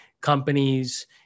companies